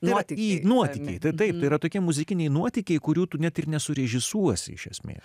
nuotykiai nuotykiai tai taip yra tokie muzikiniai nuotykiai kurių tu net ir nesurežisuosi iš esmės